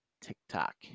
TikTok